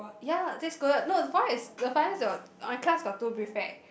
ya that's good no the problem is the problem is my class got two prefect